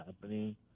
happening